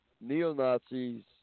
neo-Nazis